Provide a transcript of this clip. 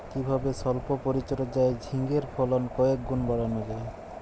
কিভাবে সল্প পরিচর্যায় ঝিঙ্গের ফলন কয়েক গুণ বাড়ানো যায়?